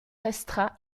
restera